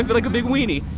like a big weiny.